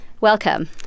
Welcome